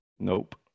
Nope